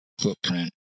footprint